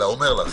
אלא אומר לכם,